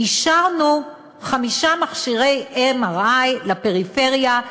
חמישה מכשירי MRI לפריפריה,